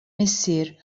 missier